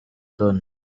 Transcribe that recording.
loni